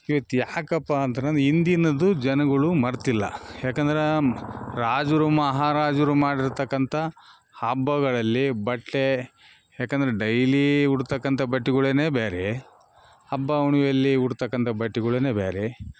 ಇವತ್ತು ಯಾಕಪ್ಪಾ ಅಂತಾರ ಹಿಂದಿನದು ಜನಗಳು ಮರೆತಿಲ್ಲ ಯಾಕಂದ್ರೆ ರಾಜರು ಮಹಾರಾಜರು ಮಾಡಿರ್ತಕ್ಕಂಥ ಹಬ್ಬಗಳಲ್ಲಿ ಬಟ್ಟೆ ಯಾಕಂದರೆ ಡೈಲಿ ಉಡ್ತಾಕ್ಕಂಥ ಬಟ್ಟೆಗಳೆ ಬೇರೆ ಹಬ್ಬ ಹುಣವೆ ಅಲ್ಲಿ ಉಡ್ತಾಕ್ಕಂಥ ಬಟ್ಟೆಗಳೆ ಬೇರೆ